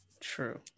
True